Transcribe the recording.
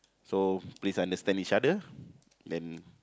so please understand each other then